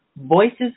Voices